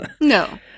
No